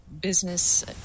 business